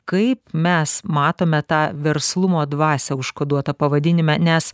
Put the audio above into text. kaip mes matome tą verslumo dvasią užkoduotą pavadinime nes